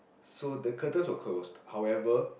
so the curtains were closed however